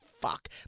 fuck